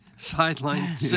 Sideline